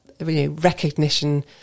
recognition